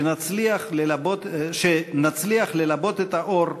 שנצליח ללבות את האור,